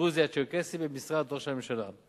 הדרוזי והצ'רקסי במשרד ראש הממשלה.